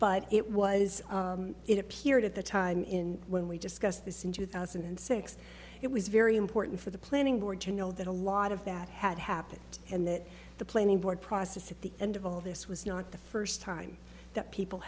but it was it appeared at the time in when we discussed this in two thousand and six it was very important for the planning board to know that a lot of that had happened and that the planning board process at the end of all this was not the first time that people